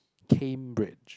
Cambridge